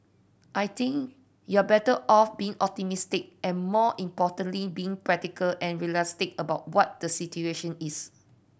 I think you're better off being optimistic and more importantly being practical and realistic about what the situation is